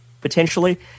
potentially